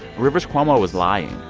rivers cuomo was lying.